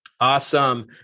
Awesome